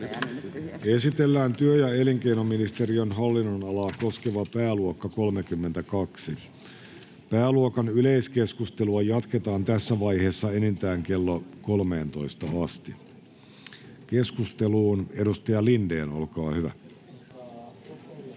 Esitellään työ- ja elinkeinoministeriön hallinnonalaa koskeva pääluokka 32. Pääluokan yleiskeskustelua jatketaan tässä vaiheessa enintään kello 13 asti. — Keskusteluun, edustaja Lindén, olkaa hyvä.